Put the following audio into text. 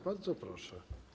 Bardzo proszę.